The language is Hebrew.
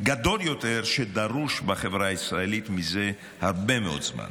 גדול יותר שדרוש בחברה הישראלית מזה הרבה מאוד זמן.